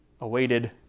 awaited